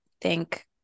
think-